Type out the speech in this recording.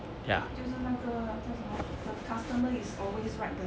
就是就是那个叫什么 the customer is always right